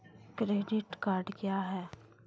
Credit card क्या हैं?